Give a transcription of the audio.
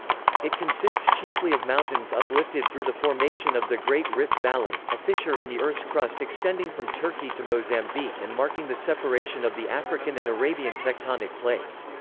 it consists chiefly of mountains uplifted through the formation of the great rift valley, a fissure in the earth's crust extending from turkey to mozambique and marking the separation of the african and arabian tectonic plates.